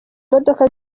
modoka